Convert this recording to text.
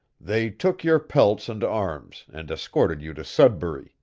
they took your pelts and arms, and escorted you to sudbury